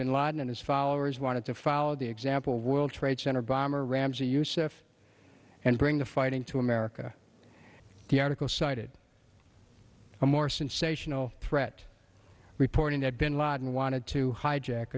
bin laden and his followers wanted to follow the example world trade center bomber ramzi yousef and bring the fighting to america the article cited a more sensational threat reporting that bin laden wanted to hijack